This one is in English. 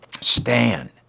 Stand